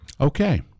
Okay